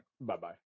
Bye-bye